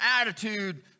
attitude